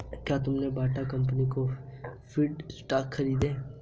क्या तुमने Bata company के प्रिफर्ड स्टॉक खरीदे?